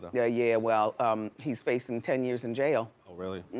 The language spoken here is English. yeah, yeah, well um he's facing ten years in jail. oh, really?